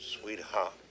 sweetheart